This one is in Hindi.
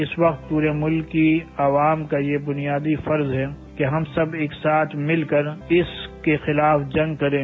इस वक्त पूरे मुल्क की अवाम का ये बुनियादी फर्ज है कि हम सब एक साथ मिलकर इसके खिलाफ जंग करें